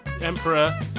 Emperor